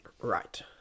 Right